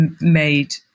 made